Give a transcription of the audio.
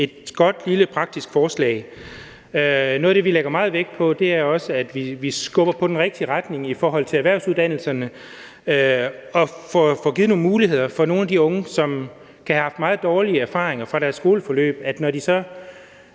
et godt, lille praktisk forslag. Noget af det, vi lægger meget vægt på, er også, at man skubber på den rigtige retning i forhold til erhvervsuddannelserne og får givet nogle muligheder for nogle af de unge, som kan have haft meget dårlig erfaringer fra deres skoleforløb. Når de så